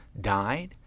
died